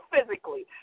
physically